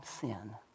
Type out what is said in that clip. sin